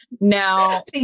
Now